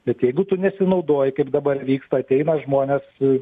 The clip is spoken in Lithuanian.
bet jeigu tu nesinaudoji kaip dabar vyksta ateina žmonės